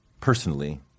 personally